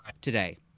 today